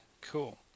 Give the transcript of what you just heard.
cool